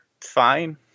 fine